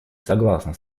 согласна